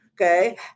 okay